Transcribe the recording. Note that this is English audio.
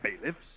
Bailiffs